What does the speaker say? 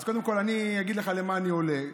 אז קודם כול אני אגיד לך למה אני עולה.